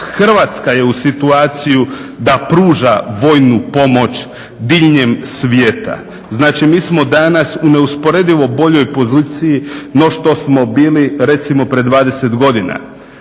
Hrvatska je u situaciji da pruža vojnu pomoć diljem svijeta. Znači mi smo danas u neusporedivo boljoj poziciji no što smo bili recimo prije 20 godina.